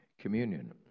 communion